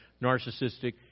narcissistic